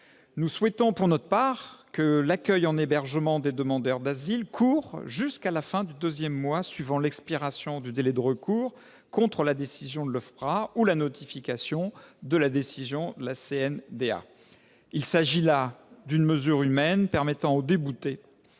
Nous souhaitons, pour notre part, que l'accueil en hébergement des demandeurs d'asile court jusqu'à la fin du deuxième mois suivant l'expiration du délai de recours contre la décision de l'OFPRA ou la notification de la décision de la CNDA. Il s'agit là d'une mesure humaine permettant aux déboutés